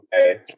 Okay